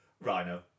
Rhino